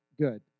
Good